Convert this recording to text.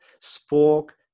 spoke